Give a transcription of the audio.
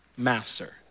master